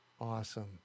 Awesome